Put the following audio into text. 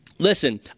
Listen